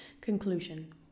Conclusion